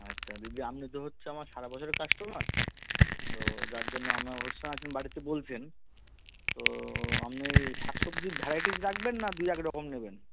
আচ্ছা দিদি আপনি তো হচ্ছে আমার সারা বছরের কাস্টমার তো যার জন্য আপনার অনুষ্ঠান আছে বাড়িতে বলছেন তো আপনি শাক সবজি ভ্যারাইটিস রাখবেন না দুই এক রকম নেবেন